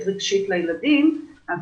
רגשית לילדים כשהוא נערך,